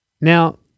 Now